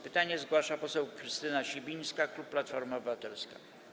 Pytanie zgłasza poseł Krystyna Sibińska, klub Platformy Obywatelskiej.